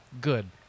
good